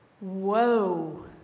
Whoa